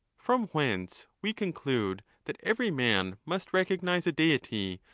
from whence we conclude that every man must recognise a deity,